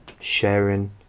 sharing